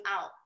out